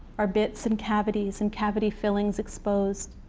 our bits, and cavities, and cavity fillings exposed.